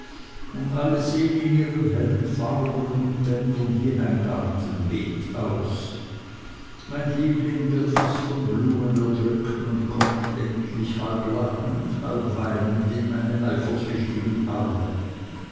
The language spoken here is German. und alle sehen in ihren hellen farben und bändern wie ein gartenbeet aus mein liebling wird fast von blumen erdrückt und kommt endlich halb lachend halb weinend in meine eifersüchtigen arme